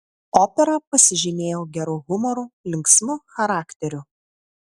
opera pasižymėjo geru humoru linksmu charakteriu